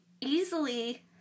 easily